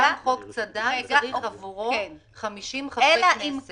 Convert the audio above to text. גם עבור חוק צד"ל צריך 50 חברי כנסת.